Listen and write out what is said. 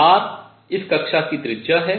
r इस कक्षा की त्रिज्या है